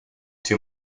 two